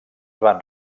van